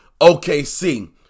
OKC